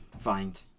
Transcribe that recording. find